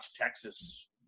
Texas